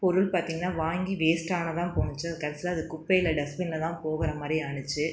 பொருள் பார்த்திங்கனா வாங்கி வேஸ்ட்டாகதான் போணுச்சு அது கடைசியில் அது குப்பையில் டஸ்ட்பின்னில் தான் போகிற மாதிரி ஆகிச்சு